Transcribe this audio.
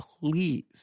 please